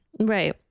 Right